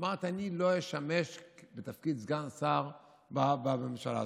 אמרתי: אני לא אשמש בתפקיד סגן שר בממשלה הזאת.